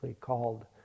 called